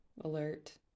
alert